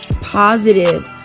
positive